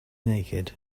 naked